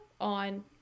on